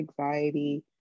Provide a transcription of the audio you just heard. anxiety